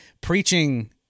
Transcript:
preaching